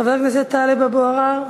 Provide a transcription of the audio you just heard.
חבר הכנסת טלב אבו עראר,